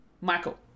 Michael